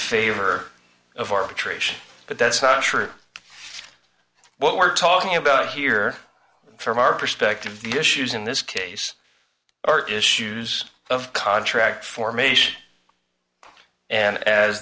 favor of arbitration but that's not true what we're talking about here from our perspective the issues in this case are issues of contract formation and as